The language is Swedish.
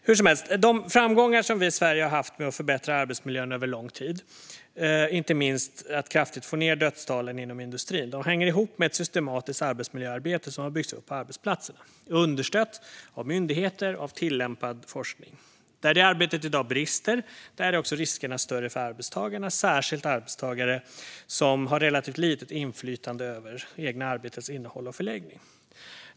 Hur som helst: De framgångar som vi i Sverige har haft med att förbättra arbetsmiljön över lång tid - det handlar inte minst om att kraftigt få ned dödstalen inom industrin - hänger ihop med ett systematiskt arbetsmiljöarbete som har byggts upp på arbetsplatserna och som har understötts av myndigheter och av tillämpad forskning. Där det arbetet i dag brister är riskerna större för arbetstagarna, särskilt arbetstagare som har ett relativt litet inflytande över det egna arbetets innehåll och förläggning.